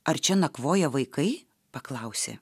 ar čia nakvoja vaikai paklausė